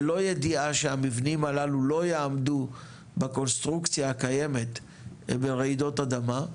ללא ידיעה שהמבנים הללו לא יעמדו בקונסטרוקציה הקיימת לרעידות אדמה.